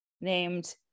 named